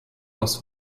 aus